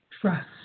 Trust